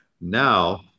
now